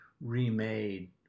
remade